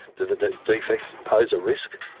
do the defects pose a risk?